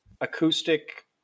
acoustic